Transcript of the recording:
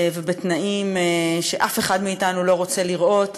ובתנאים שאף אחד מאתנו לא רוצה לראות,